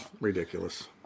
Ridiculous